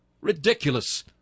Ridiculous